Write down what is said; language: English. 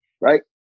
right